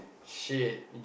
shit